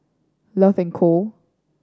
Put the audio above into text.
Love and Co